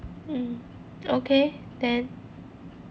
um okay then